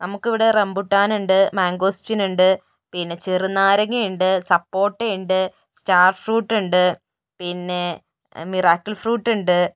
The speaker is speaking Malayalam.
നമുക്കിവിടെ റമ്പുട്ടാൻ ഉണ്ട് മാങ്കോസ്റ്റിൻ ഉണ്ട് പിന്നെ ചെറുനാരങ്ങയുണ്ട് സപ്പോർട്ട ഉണ്ട് സ്റ്റാർ ഫ്രൂട്ട് ഉണ്ട് പിന്നെ മിറാക്കിൾ ഫ്രൂട്ട് ഉണ്ട്